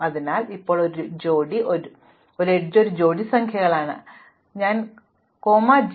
അതിനാൽ ഇപ്പോൾ ഒരു എഡ്ജ് ഒരു ജോഡി സംഖ്യകളാണ് ഞാൻ കോമ j